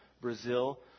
Brazil